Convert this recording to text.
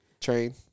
train